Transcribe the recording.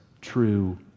true